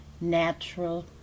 natural